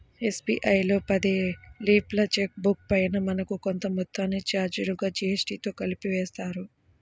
SBI లో పది లీఫ్ల చెక్ బుక్ పైన మనకు కొంత మొత్తాన్ని చార్జీలుగా జీఎస్టీతో కలిపి వేస్తారు